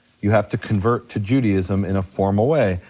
you have to convert to judaism in a formal way.